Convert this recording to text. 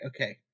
okay